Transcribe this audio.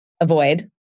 avoid